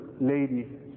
lady